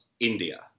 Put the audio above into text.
India